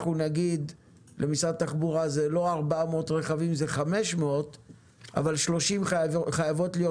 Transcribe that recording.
נגיד למשרד התחבורה שיהיו 500. אבל 30 חייבות להיות